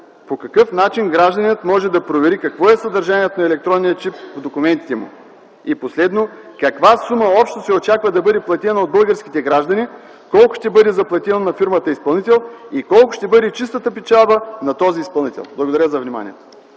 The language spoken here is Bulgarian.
По какъв начин гражданинът може да провери какво е съдържанието на електронния чип в документите му? И последно – каква сума общо се очаква да бъде платена от българските граждани? Колко ще бъде заплатено на фирмата изпълнител и колко ще бъде чистата печалба на този изпълнител? Благодаря за вниманието.